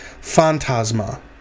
phantasma